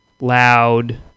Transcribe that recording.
loud